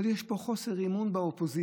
אבל יש פה חוסר אמון גדול